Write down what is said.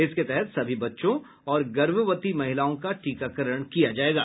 इसके तहत सभी बच्चों और गर्भवती महिलाओं का टीकाकरण किया जाएगा